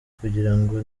kugirango